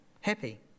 happy